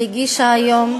שהגישה היום,